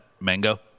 mango